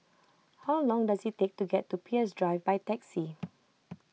how long does it take to get to Peirce Drive by taxi